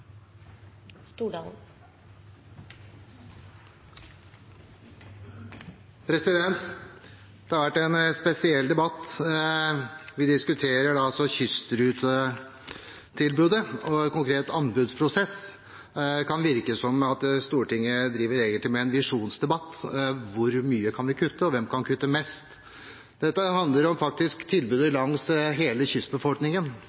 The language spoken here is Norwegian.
14. Det har vært en spesiell debatt. Vi diskuterer altså kystrutetilbudet og en konkret anbudsprosess. Det kan virke som om Stortinget egentlig driver med en visjonsdebatt om hvor mye vi kan kutte, og hvem som kan kutte mest. Dette handler faktisk om tilbudet